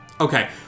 Okay